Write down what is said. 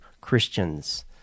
Christians